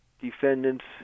defendants